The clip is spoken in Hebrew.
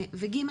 ו-ג',